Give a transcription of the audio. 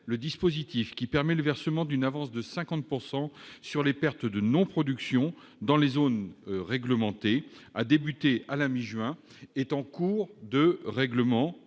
le dispositif qui permet le versement d'une avance de 50 % sur les pertes de non-production dans les zones réglementées a débuté à la mi-juin et est en cours de règlement